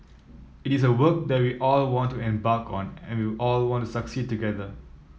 it is a work that we all want to embark on and we all want to succeed together